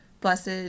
blessed